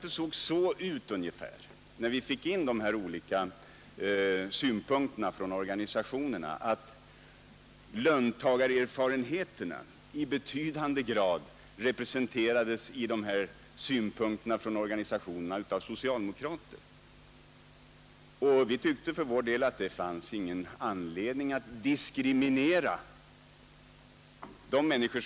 Det såg ut ungefär så, när vi fick in de olika personförslagen från organisationerna, att löntagarerfarenheterna i betydande grad representerades av socialdemokrater. Vi tyckte för vår del att det fanns ingen anledning att diskriminera dem därför.